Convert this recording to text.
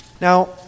Now